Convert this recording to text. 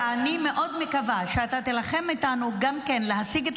ואני מאוד מקווה שאתה גם תילחם איתנו להשיג את